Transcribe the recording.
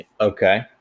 Okay